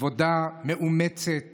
עבודה מאומצת